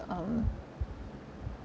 um